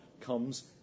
comes